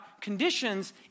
conditions